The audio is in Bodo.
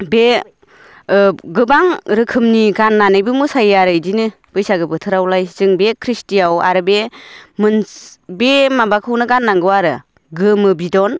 बे गोबां रोखोमनि गाननानैबो मोसायो आरो बिदिनो बैसागु बोथोरावलाय जों बे क्रिस्टियाव आरो बे मोनसे बे माबाखौनो गाननांगौ आरो गोमो बिदन